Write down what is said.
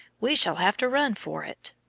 we shall have to run for it.